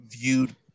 viewed